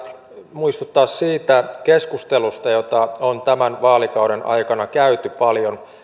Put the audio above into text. muistuttaa siitä keskustelusta jota on tämän vaalikauden aikana käyty paljon